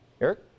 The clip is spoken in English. Eric